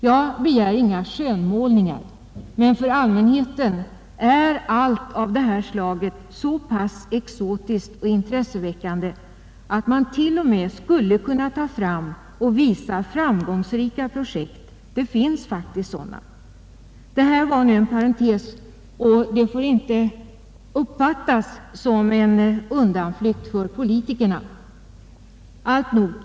Jag begär inga skönmålningar, men för allmänheten är all information av det här slaget så pass exotisk och intresseväckande att man t.o.m. skulle kunna ta fram och visa framgångsrika projekt; det finns faktiskt sådana. Det här var nu en parantes och den får inte uppfattas som en undanflykt för politikerna. Alltnog!